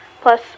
Plus